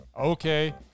okay